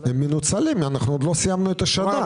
הם מנוצלים, אנחנו עוד לא סיימנו את השנה.